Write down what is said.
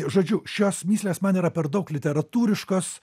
žodžiu šios mįslės man yra per daug literatūriškos